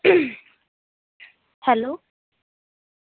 hello